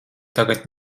tagad